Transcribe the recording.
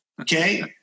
Okay